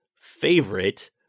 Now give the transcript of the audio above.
favorite